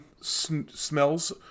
smells